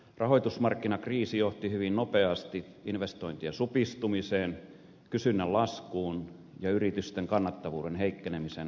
rahoitusmarkkinakriisi johti hyvin nopeasti investointien supistumiseen kysynnän laskuun ja yritysten kannattavuuden heikkenemiseen lähes kaikkialla